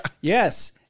Yes